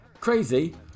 Crazy